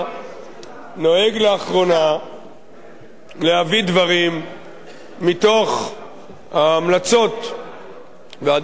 נוהג לאחרונה להביא דברים מתוך ההמלצות והדין-וחשבון של